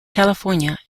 california